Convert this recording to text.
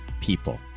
people